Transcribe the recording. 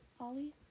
Ollie